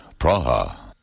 Praha